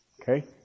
Okay